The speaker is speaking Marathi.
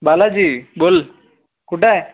बालाजी बोल कुठं आहे